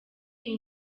iyi